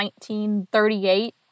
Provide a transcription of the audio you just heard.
1938